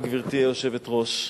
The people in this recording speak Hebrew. גברתי היושבת-ראש,